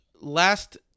last